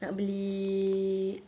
nak beli